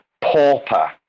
pauper